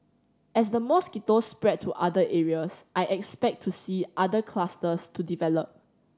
as the mosquitoes spread to other areas I expect to see other clusters to develop